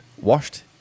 washed